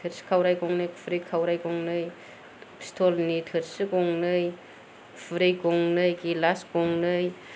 थोरसि खावराय गंनै खुरै खावराय गंनै पितलनि थोरसि गंनै खुरै गंनै गिलास गंनै